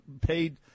paid